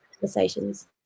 conversations